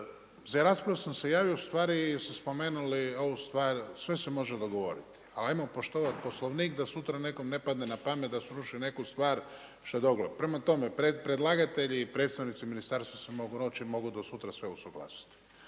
za raspravu sam se javio ustvari jer ste spomenuli ovu stvar sve se može dogovoriti, ali ajmo poštovati Poslovnik da sutra nekom ne padne na pamet da sruši neku stvar što je dobra. Prema tome, predlagatelji predstavnici u ministarstvu …/Govornik se ne razumije./… i mogu do sutra sve usuglasiti.